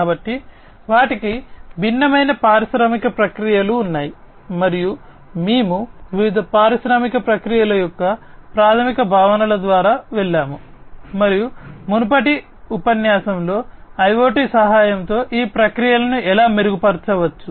కాబట్టి వాటికి భిన్నమైన పారిశ్రామిక ప్రక్రియలు ఉన్నాయి మరియు మేము వివిధ పారిశ్రామిక ప్రక్రియల యొక్క ప్రాథమిక భావనల ద్వారా వెళ్ళాము మరియు మునుపటి ఉపన్యాసంలో IoT సహాయంతో ఈ ప్రక్రియలను ఎలా మెరుగుపరచవచ్చు